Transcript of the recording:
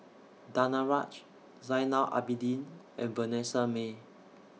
Danaraj Zainal Abidin and Vanessa Mae